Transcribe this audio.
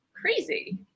crazy